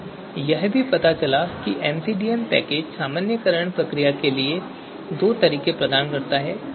हमें यह भी पता चला कि एमसीडीएम पैकेज सामान्यीकरण प्रक्रिया के लिए दो तरीके प्रदान करता है